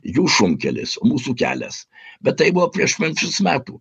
jų šunkelis mūsų kelias bet tai buvo prieš penkliasdešimt metų